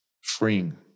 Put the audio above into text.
freeing